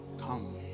come